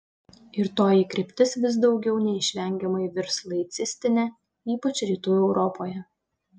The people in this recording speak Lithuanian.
ir toji kryptis vis daugiau neišvengiamai virs laicistine ypač rytų europoje